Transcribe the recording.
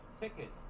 ticket